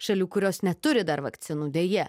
šalių kurios neturi dar vakcinų deja